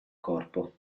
corpo